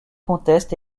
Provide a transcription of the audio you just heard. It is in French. conteste